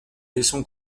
laissons